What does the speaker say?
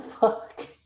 fuck